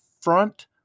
front